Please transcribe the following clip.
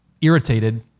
irritated